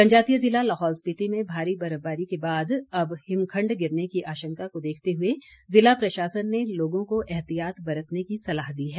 जनजातीय जिला लाहौल स्पिति में भारी बर्फबारी के बाद अब हिमखण्ड गिरने की आशंका को देखते हुए जिला प्रशासन ने लोगों को एहतियात बरतने की सलाह दी है